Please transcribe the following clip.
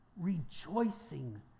rejoicing